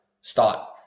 Start